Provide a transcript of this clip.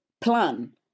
plan